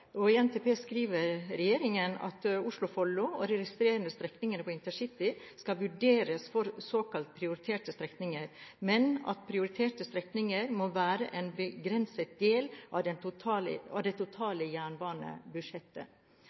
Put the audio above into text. I NTP skriver regjeringen at Oslo–Follo og de resterende intercitystrekningene skal vurderes som såkalt prioriterte strekninger, men at prioriterte strekninger må være en begrenset del av det totale